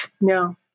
No